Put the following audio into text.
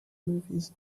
movies